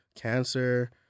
cancer